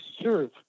serve